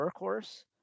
workhorse